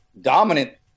dominant